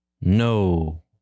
no